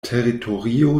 teritorio